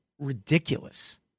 ridiculous